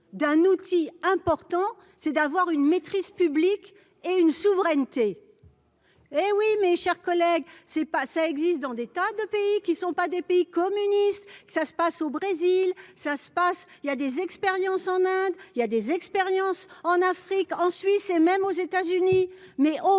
d'un outil important c'est d'avoir une maîtrise publique et une souveraineté hé oui mes chers collègues, c'est pas ça existe dans des tas de pays qui ne sont pas des pays communistes, ça se passe au Brésil, ça se passe, il y a des expériences en Inde il y a des expériences en Afrique, en Suisse, et même aux États-Unis, mais au